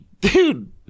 Dude